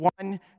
one